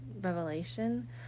revelation